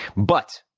but,